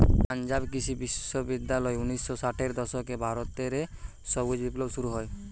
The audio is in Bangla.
পাঞ্জাব কৃষি বিশ্ববিদ্যালয় উনিশ শ ষাটের দশকে ভারত রে সবুজ বিপ্লব শুরু করে